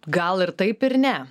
gal ir taip ir ne